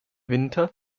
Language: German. winter